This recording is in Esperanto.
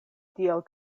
tiel